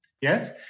Yes